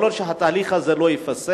כל עוד התהליך הזה לא ייפסק